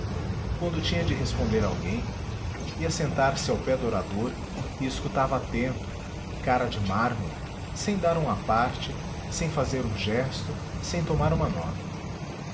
quando tinha de responder a alguém ia sentar-se ao pé do orador e escutava atento cara de mármore sem dar um aparte sem fazer um gesto sem tomar uma nota